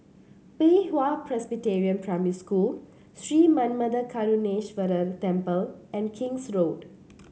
Pei Hwa Presbyterian Primary School Sri Manmatha Karuneshvarar Temple and King's Road